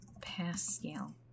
Pascal